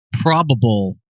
probable